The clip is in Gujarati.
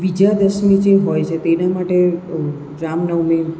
વિજયાદશમી જે હોય છે તેને માટે રામનવમી